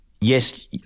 yes